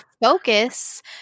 focus